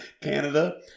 Canada